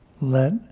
Let